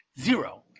Zero